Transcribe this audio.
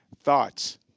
Thoughts